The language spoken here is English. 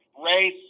race